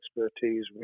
expertise